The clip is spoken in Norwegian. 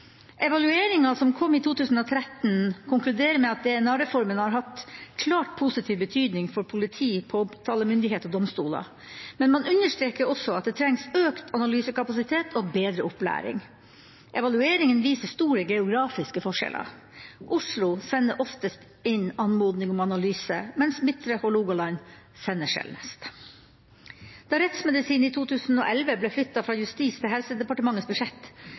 Evalueringa som kom i 2013, konkluderer med at DNA-reformen har hatt en klart positiv betydning for politi, påtalemyndighet og domstoler. Men man understreker også at det trengs økt analysekapasitet og bedre opplæring. Evalueringa viser store geografiske forskjeller: Oslo sender oftest inn anmodning om analyse mens Midtre Hålogaland sender sjeldnest. Da rettsmedisin i 2011 ble flyttet fra Justisdepartementets til Helsedepartementets budsjett,